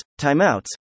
timeouts